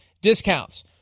discounts